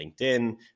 LinkedIn